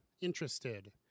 interested